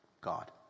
God